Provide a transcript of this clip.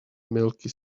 milky